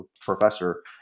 professor